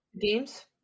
games